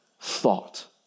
thought